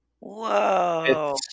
Whoa